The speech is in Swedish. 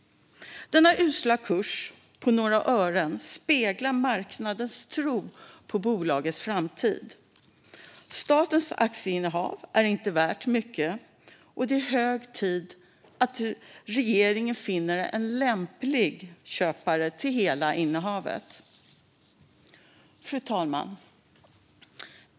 Denna usla kurs på några ören speglar marknadens tro på bolagets framtid. Statens aktieinnehav är inte värt mycket. Det är hög tid att regeringen finner en lämplig köpare till hela innehavet. Fru talman!